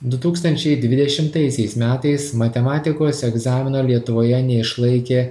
du tūkstančiai dvidešimtaisiais metais matematikos egzamino lietuvoje neišlaikė